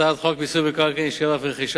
הצעת חוק מיסוי מקרקעין (שבח ורכישה)